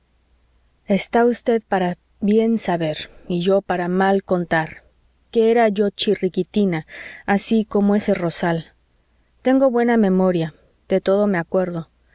está usted para bien saber y yo para mal contar que era yo chirriquitina así como ese rosal tengo buena memoria de todo me acuerdo